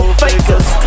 fakers